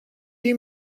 you